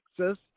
Texas